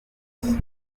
focus